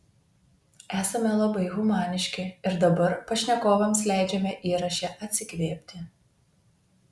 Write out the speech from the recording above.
esame labai humaniški ir dabar pašnekovams leidžiame įraše atsikvėpti